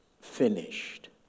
finished